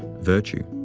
virtue.